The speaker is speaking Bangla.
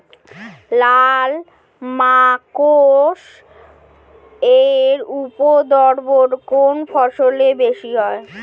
লাল মাকড় এর উপদ্রব কোন ফসলে বেশি হয়?